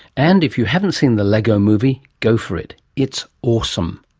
and if you haven't seen the lego movie go for it. it's awesome.